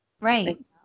Right